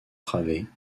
travées